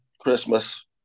Christmas